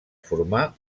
formar